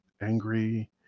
angry